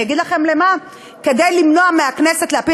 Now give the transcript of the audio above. אני אגיד לכם למה: כדי למנוע מהכנסת להפיל